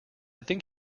think